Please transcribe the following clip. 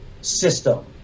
system